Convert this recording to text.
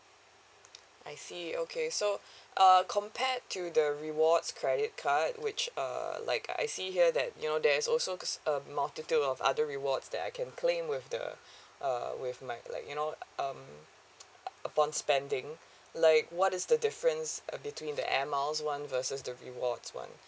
I see okay so err compared to the rewards credit card which err like I see here that you know there's also a multitude of other rewards that I can claim with the uh with my like you know um upon spending like what is the difference uh between the airmiles one versus the rewards one